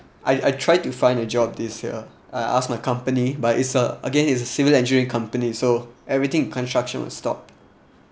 I I tried to find a job this year I ask my company but it's a again it's a civil engineering company so everything construction will stop